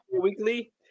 weekly